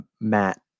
Matt